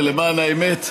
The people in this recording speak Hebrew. ולמען האמת,